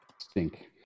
Stink